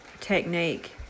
technique